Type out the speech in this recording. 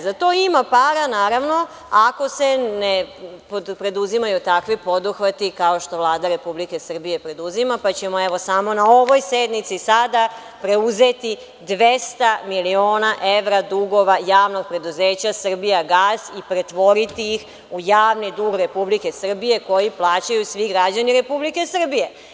Za to ima para, naravno, ako se ne preduzimaju takvi poduhvati kao što Vlada Republike Srbije preduzima, pa ćemo samo na ovoj sednici sada preuzeti 200 miliona evra dugova Javnog preduzeća „Srbijagas“ i pretvoriti ih u javni dug Republike Srbije koji plaćaju svi građani Republike Srbije.